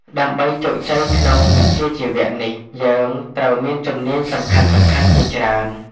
ដើម្បីជោគជ័យក្នុងវិជ្ជាជីវៈនេះ យើងត្រូវមានជំនាញសំខាន់ៗ ជាច្រើន។